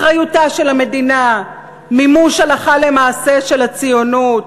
אחריותה של המדינה, מימוש הלכה למעשה של הציונות.